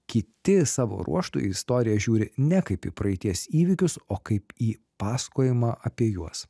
kiti savo ruožtu į istoriją žiūri ne kaip į praeities įvykius o kaip į pasakojimą apie juos